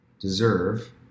deserve